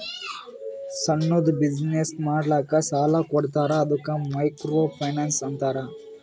ಸಣ್ಣುದ್ ಬಿಸಿನ್ನೆಸ್ ಮಾಡ್ಲಕ್ ಸಾಲಾ ಕೊಡ್ತಾರ ಅದ್ದುಕ ಮೈಕ್ರೋ ಫೈನಾನ್ಸ್ ಅಂತಾರ